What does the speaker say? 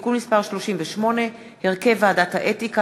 (תיקון מס' 38) (הרכב ועדת האתיקה),